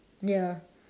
ya